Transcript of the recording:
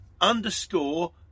underscore